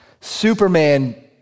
Superman